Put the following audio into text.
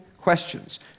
questions